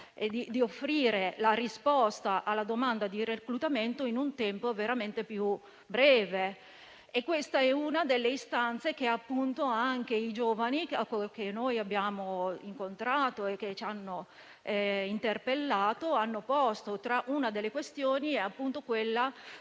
di offrire la risposta alla domanda di reclutamento in un tempo veramente più breve. Questa è una delle istanze che appunto anche i giovani che abbiamo incontrato e che ci hanno interpellato hanno posto. Una delle questioni è appunto quella